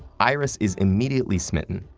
iris is immediately smitten.